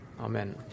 Amen